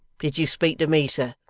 did you speak to me, sir'?